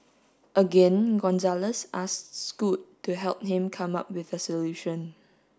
again Gonzalez asked Scoot to help him come up with a solution